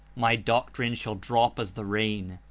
my doctrine shall drop as the rain.